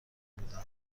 بودم